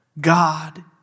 God